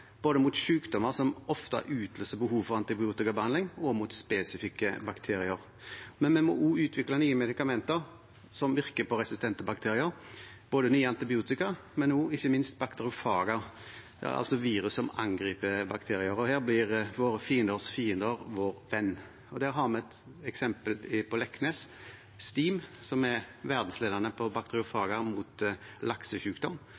både mot sykdommer som ofte utløser behov for antibiotikabehandling, og mot spesifikke bakterier. Vi må også utvikle nye medikamenter som virker på resistente bakterier, både nye antibiotika og ikke minst bakteriofager, altså virus som angriper bakterier. Her blir våre fienders fiender vår venn. Der har vi et eksempel på Leknes, STIM, som er verdensledende på